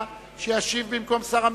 שישיב במקום שר המשפטים?